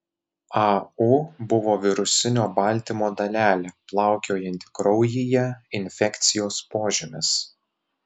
au buvo virusinio baltymo dalelė plaukiojanti kraujyje infekcijos požymis